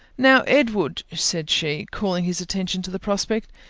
now, edward, said she, calling his attention to the prospect,